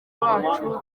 uwacu